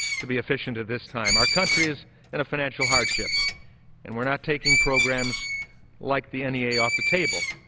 to be efficient at this time. our country is in a financial hardship and we're not taking programs like the n e a. off the table,